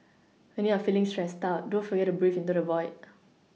when you are feeling stressed out don't forget to breathe into the void